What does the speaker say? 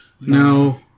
No